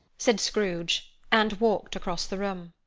said scrooge and walked across the room.